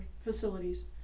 facilities